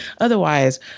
otherwise